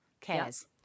cares